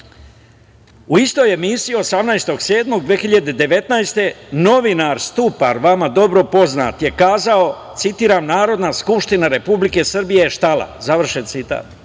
u istoj emisiji 18. jula 2019. godine, novinar Stupar, vam dobro poznat, je kazao, citiram – Narodna skupština Republike Srbije je štala, završen citat.